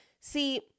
See